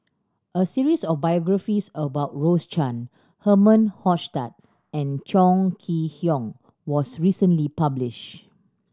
a series of biographies about Rose Chan Herman Hochstadt and Chong Kee Hiong was recently publish